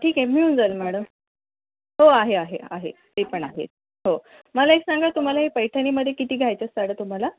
ठीक आहे मिळून जाईल मॅडम हो आहे आहे आहे ते पण आहे हो मला एक सांगा तुम्हाला हे पैठणीमध्ये किती घ्यायच्या आहेत साड्या तुम्हाला